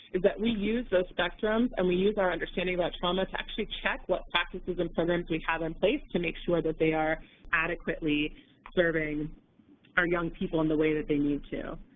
is that we use those spectrums and we use our understanding about trauma to actually check what practices and programs we have in place to make sure that they are adequately serving our young people in the way that they need to.